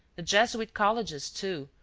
the jesuit colleges, too,